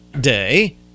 day